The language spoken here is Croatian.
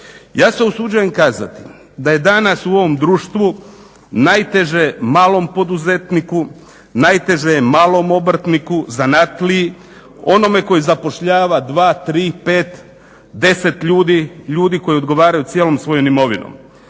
Ja se usuđujem kazati da je danas u ovom društvu najteže malom poduzetniku, najteže je malom obrtniku, zanatliji, onome koji zapošljava, dva, tri, pet, deset ljudi, ljudi koji odgovaraju cijelom svojom imovinom.